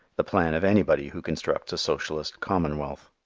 the plan of anybody who constructs a socialist commonwealth.